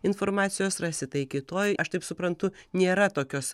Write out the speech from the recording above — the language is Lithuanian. informacijos rasi tai kitoj aš taip suprantu nėra tokios